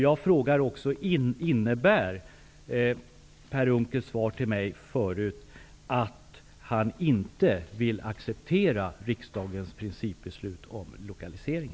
Jag frågar också: Innebär Per Unckels svar till mig att han inte vill acceptera riksdagens principbeslut om en lokalisering?